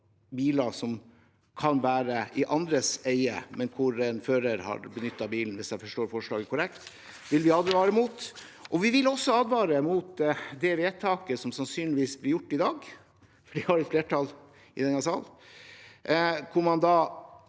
biler som kan være i andres eie, og der en fører har benyttet bilen – hvis jeg forstår forslaget korrekt. Det vil vi advare mot. Vi vil også advare mot det vedtaket som sannsynligvis blir gjort i dag – for det har flertall i denne sal – som